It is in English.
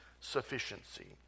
sufficiency